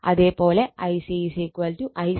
അതേ പോലെ Ic ICA IBC